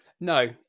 No